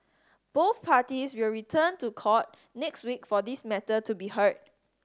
both parties will return to court next week for this matter to be heard